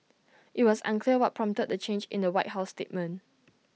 IT was unclear what prompted the change in the white house statement